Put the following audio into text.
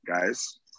guys